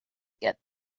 get